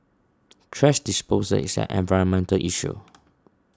thrash disposal is an environmental issue